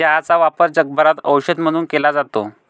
चहाचा वापर जगभरात औषध म्हणून केला जातो